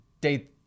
date